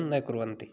न कुर्वन्ति